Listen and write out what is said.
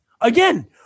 again